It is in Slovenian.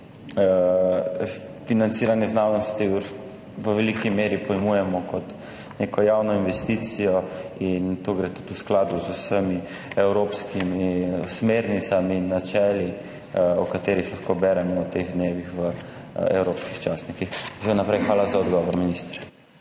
financiranje znanosti v veliki meri pojmujemo kot neko javno investicijo. To je tudi v skladu z vsemi evropskimi smernicami in načeli, o katerih lahko beremo v teh dneh v evropskih častnikih. Vnaprej hvala za ogovor, minister.